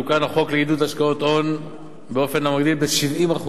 תוקן החוק לעידוד השקעות הון באופן המגדיל ב-70%